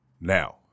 Now